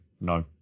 no